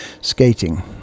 skating